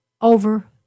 over